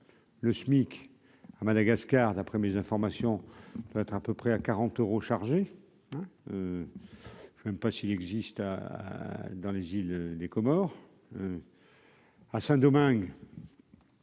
Le SMIC à Madagascar, d'après mes informations, doit être à peu près à quarante euros chargé je sais même pas s'il existe, à à dans les îles des Comores.